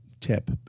tip